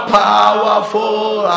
powerful